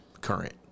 current